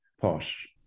posh